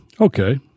okay